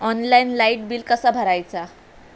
Online light bill कसा भरायचा?